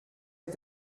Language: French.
est